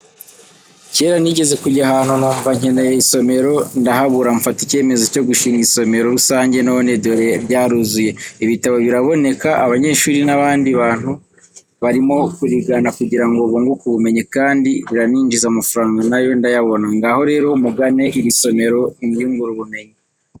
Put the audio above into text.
Cyera nigeze kujya ahantu numva nkeneye isomero, ndahabura mfata icyemezo cyo gushinga isomero rusange none dore ryaruzuye. Ibitabo biraboneka abanyeshuri n'abandi bantu barimo kurigana kugira ngo bunguke ubumenyi, kandi riraninjiza amafaranga na yo ndayabona. Ngaho rero mugane iri somero mwiyungure ubumenyi.